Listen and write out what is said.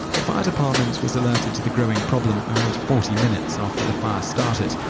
the fire department was alerted to the growing problem around forty minutes after the fire started,